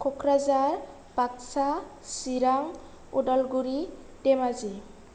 Kokrajhar Baksa Chirang Udalguri Dhemaji